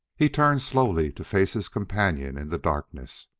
he turned slowly to face his companion in the darkness.